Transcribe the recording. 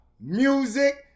music